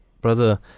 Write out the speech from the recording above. Brother